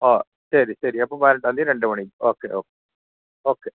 ഓഹ് ശരി ശരി അപ്പോൾ പതിനെട്ടാം തീയതി രണ്ട് മണി ഓക്കെ ഓക്കെ ഓക്കെ